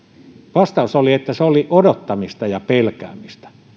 vastaus oli että se oli odottamista ja pelkäämistä